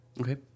Okay